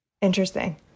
Interesting